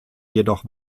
jedoch